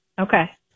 Okay